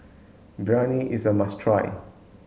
Biryani is a must try